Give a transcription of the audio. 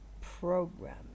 program